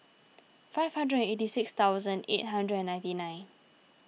five hundred and eighty six thousand eight hundred and ninety nine